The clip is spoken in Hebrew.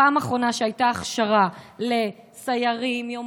הפעם האחרונה שהייתה הכשרה לסיירים, יומנאים,